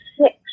six